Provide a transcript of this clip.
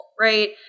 right